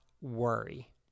worry